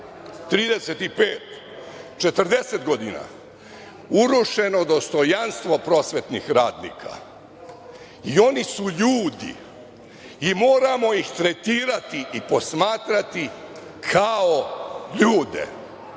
35, 40 godina, urušeno dostojanstvo prosvetnih radnika. I oni su ljudi i moramo ih tretirati i posmatrati kao ljude